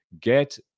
Get